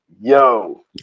Yo